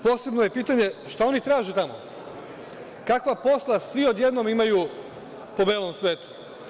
Posebno je pitanje šta oni traže tamo, kakva posla svi odjednom imaju po belom svetu?